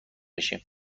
بشیم